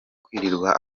kwirirwa